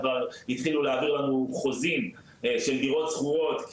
כבר התחילו להעביר לנו חוזים של דיורת שכורות,